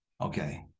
okay